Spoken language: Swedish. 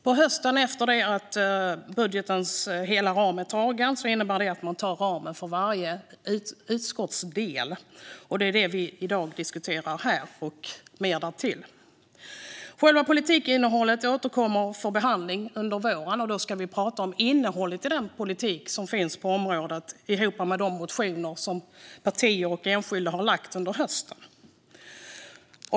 På hösten, efter det att budgetens hela ram är tagen, tar man ramen för varje utskotts del. Det är det, och mer därtill, som vi i dag diskuterar här. Själva politikinnehållet återkommer för behandling under våren. Då ska vi prata om innehållet i den politik som finns på området, ihop med de motioner som partier och enskilda har väckt under hösten.